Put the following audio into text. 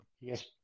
Yes